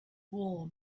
warm